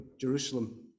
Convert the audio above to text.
Jerusalem